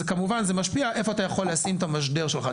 כמובן זה משפיע איה אתה יכול לשים את המשדר שלך.